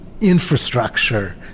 Infrastructure